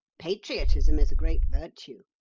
patriotism is a great virtue,